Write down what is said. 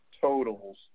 totals